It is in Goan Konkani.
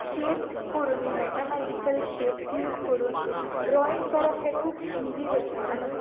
शेप्स करूनूय मेथमेतीकल शेप्स यूज करून ड्रोइंग करप हें खूब इजी जाता आनी